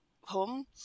home